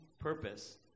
purpose